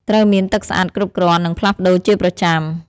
ត្រូវមានទឹកស្អាតគ្រប់គ្រាន់ និងផ្លាស់ប្តូរជាប្រចាំ។